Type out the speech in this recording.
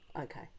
Okay